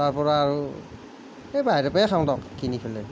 তাৰ পৰা আৰু এই বাহিৰৰ পৰাই খাওঁ দিয়ক কিনি পেলাই